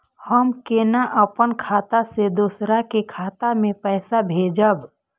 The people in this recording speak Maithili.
हम केना अपन खाता से दोसर के खाता में पैसा भेजब?